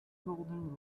golden